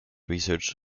research